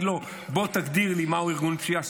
לו: בוא תגדיר לי מה הוא ארגון פשיעה,